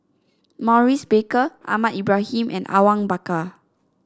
Maurice Baker Ahmad Ibrahim and Awang Bakar